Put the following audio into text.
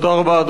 תודה רבה,